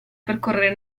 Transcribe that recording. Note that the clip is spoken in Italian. percorrere